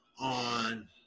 on